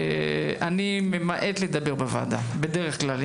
אני ממעט לדבר בוועדה בדרך כלל,